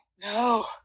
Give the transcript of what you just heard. No